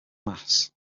mass